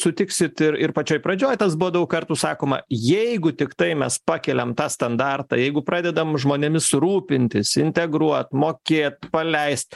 sutiksit ir ir pačioj pradžioj tas buvo daug kartų sakoma jeigu tiktai mes pakeliam tą standartą jeigu pradedam žmonėmis rūpintis integruot mokėt paleist